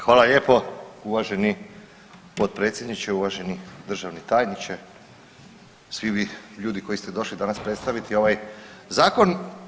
Hvala lijepo uvaženi potpredsjedniče, uvaženi državni tajniče i svi vi ljudi koji ste došli danas predstaviti ovaj zakon.